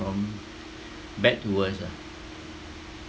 from bad to worse ah